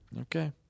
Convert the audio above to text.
Okay